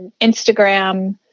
Instagram